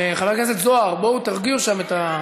חבר הכנסת זוהר, בואו תרגיעו שם את,